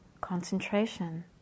concentration